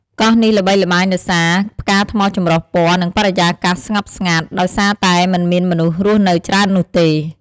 កោះនេះល្បីល្បាញដោយសារ ផ្កាថ្មចម្រុះពណ៌ និងបរិយាកាសស្ងប់ស្ងាត់ ដោយសារតែមិនមានមនុស្សរស់នៅច្រើននោះទេ។